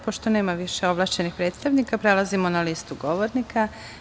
Pošto nema više ovlašćenih predstavnika, prelazimo na listu govornika.